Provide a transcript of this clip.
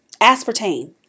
Aspartame